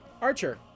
Archer